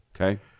okay